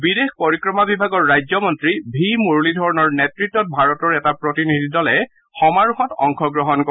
বিদেশ পৰিক্ৰমা বিভাগৰ ৰাজ্য মন্ত্ৰী ভি মুৰালীধৰণৰ নেতৃত্ত ভাৰতৰ এটা প্ৰতিনিধি দলে সমাৰোহত অংশগ্ৰহণ কৰে